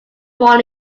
follow